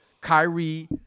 Kyrie